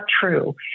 true